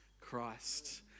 Christ